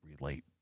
relate